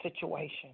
situation